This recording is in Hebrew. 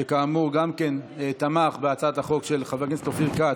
שכאמור גם כן תמך בהצעת החוק של חבר הכנסת אופיר כץ,